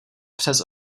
přes